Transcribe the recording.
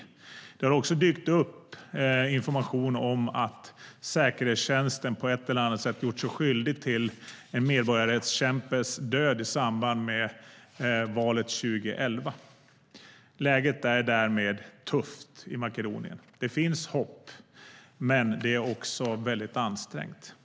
Det har också dykt upp information om att säkerhetstjänsten på ett eller annat sätt har gjort sig skyldig till en medborgarrättskämpes död i samband med valet 2011. Läget i Makedonien är därmed tufft. Det finns hopp. Men det är också mycket ansträngt.